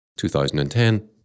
2010